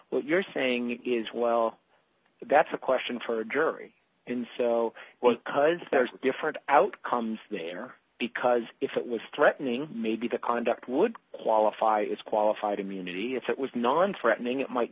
what you're saying is well that's a question for a jury and so well because there are different outcomes there because if it was threatening maybe the conduct would qualify as qualified immunity if it was non threatening it might